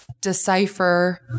decipher